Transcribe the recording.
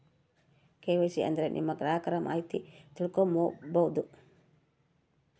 KYC ಅಂದ್ರೆ ನಿಮ್ಮ ಗ್ರಾಹಕರ ಮಾಹಿತಿ ತಿಳ್ಕೊಮ್ಬೋದು